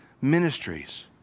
ministries